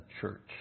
church